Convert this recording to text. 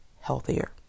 healthier